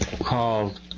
called